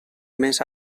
mes